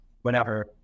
Whenever